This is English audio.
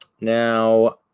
Now